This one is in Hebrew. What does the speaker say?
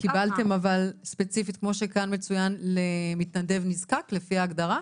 וקיבלתם אבל ספציפית כמו שכאן מצוין למתנדב נזקק לפי ההגדרה?